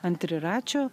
ant triračio